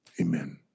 Amen